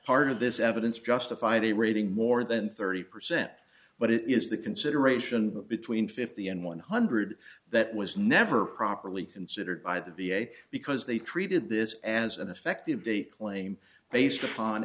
part of this evidence justified a rating more than thirty percent but it is the consideration between fifty and one hundred that was never properly considered by the v a because they treated this as an effective date claim based upon